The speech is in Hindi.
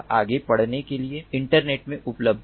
यह आगे पढ़ने के लिए इंटरनेट में उपलब्ध है